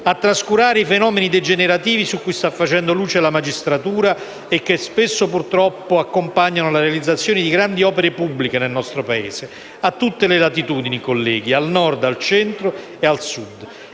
a trascurare i fenomeni degenerativi su cui sta facendo luce la magistratura e che spesso, purtroppo, accompagnano la realizzazione di grandi opere pubbliche nel nostro Paese, a tutte le latitudini - colleghi - al Nord, al Centro e al Sud.